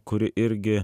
kuri irgi